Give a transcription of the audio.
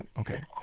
Okay